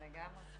אם כן,